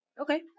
Okay